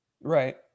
right